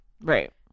right